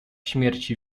śmierci